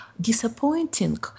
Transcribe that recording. disappointing